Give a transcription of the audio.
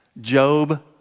Job